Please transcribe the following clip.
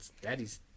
Daddy's